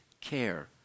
care